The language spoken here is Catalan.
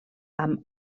amb